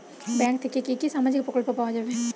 Bank থেকে কি কি সামাজিক প্রকল্প পাওয়া যাবে?